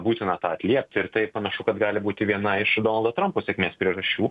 būtina tą atliepti ir tai panašu kad gali būti viena iš donaldo trampo sėkmės priežasčių